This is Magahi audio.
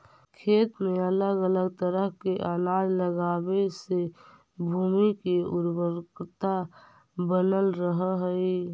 खेत में अलग अलग तरह के अनाज लगावे से भूमि के उर्वरकता बनल रहऽ हइ